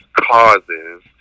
causes